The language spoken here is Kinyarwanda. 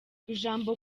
ijambo